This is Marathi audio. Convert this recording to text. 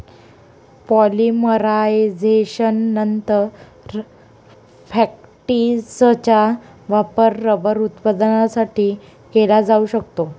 पॉलिमरायझेशननंतर, फॅक्टिसचा वापर रबर उत्पादनासाठी केला जाऊ शकतो